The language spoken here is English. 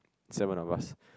seven of us